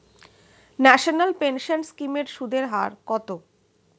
National pension scheme এর সুদের হার কত?